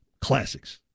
classics